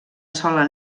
sola